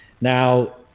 Now